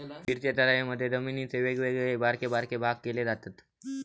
फिरत्या चराईमधी जमिनीचे वेगवेगळे बारके बारके भाग केले जातत